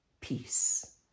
Peace